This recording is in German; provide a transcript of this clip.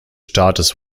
staates